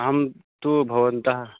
अहं तु भवन्तः